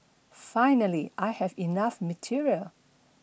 finally I have enough material